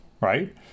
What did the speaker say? right